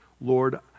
Lord